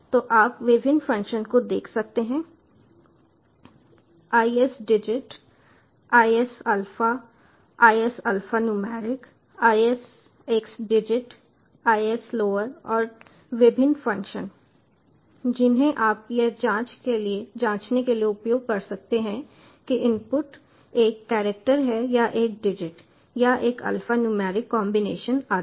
तो आप विभिन्न फ़ंक्शन को देख सकते हैं isdigit isalpha isalphanumeric isxdigit islower और विभिन्न फ़ंक्शन जिन्हें आप यह जांचने के लिए उपयोग कर सकते हैं कि इनपुट एक कैरेक्टर है या एक डिजिट या एक अल्फा न्यूमेरिक कॉम्बिनेशन आदि